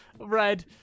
red